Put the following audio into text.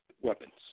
weapons